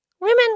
Women